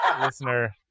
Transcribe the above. listener